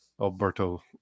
Alberto